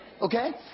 Okay